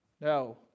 no